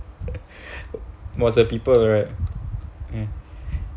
people right mm